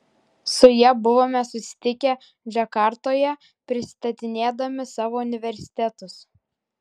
su ja buvome susitikę džakartoje pristatinėdami savo universitetus